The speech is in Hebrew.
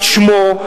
את שמו,